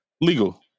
legal